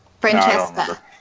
Francesca